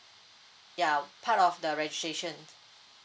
ya part of the registration